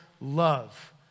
love